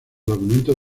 documentos